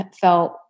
felt